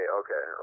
okay